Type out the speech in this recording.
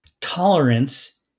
Tolerance